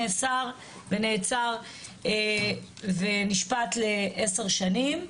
נאסר ונעצר ונשפט ל-10 שנים,